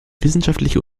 wissenschaftliche